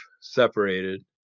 separated